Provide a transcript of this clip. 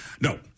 No